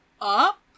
up